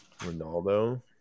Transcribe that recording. Ronaldo